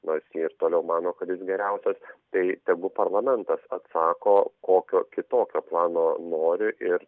nors ji ir toliau mano kad jis geriausias tai tegu parlamentas atsako kokio kitokio plano nori ir